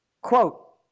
Quote